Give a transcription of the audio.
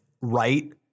right